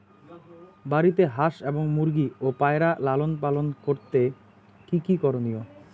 বাড়িতে হাঁস এবং মুরগি ও পায়রা লালন পালন করতে কী কী করণীয়?